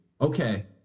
Okay